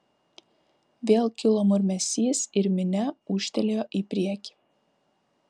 vėl kilo murmesys ir minia ūžtelėjo į priekį